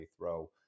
throw